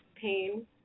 pain